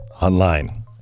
online